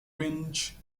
range